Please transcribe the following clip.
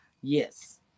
yes